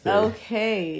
okay